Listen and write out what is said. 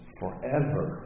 forever